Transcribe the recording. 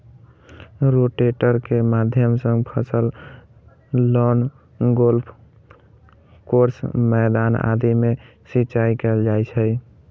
rotator के माध्यम सं फसल, लॉन, गोल्फ कोर्स, मैदान आदि मे सिंचाइ कैल जाइ छै